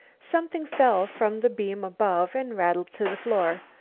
something fell from the beam above and rattled to the floor.